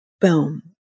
boom